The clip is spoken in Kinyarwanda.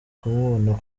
kumubona